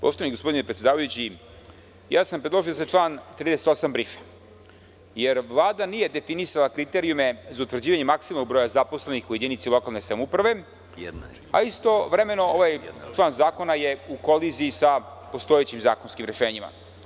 Poštovani gospodine predsedavajući, predložio sam da se član 38. briše, jer Vlada nije definisala kriterijume za utvrđivanje maksimalnog broja zaposlenih u jedinici lokalne samouprave, a istovremeno ovaj član zakona je u koliziji sa postojećim zakonskim rešenjima.